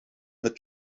mit